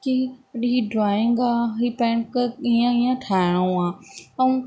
कि ही ड्राइंग आहे ही पाण खे ईअं ईअं ठाहिणो आहे ऐं